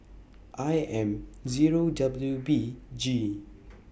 I M Zero W B G